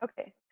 Okay